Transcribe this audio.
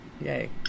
yay